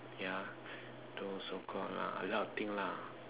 yeah those so called uh a lot of thing lah